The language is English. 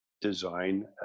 design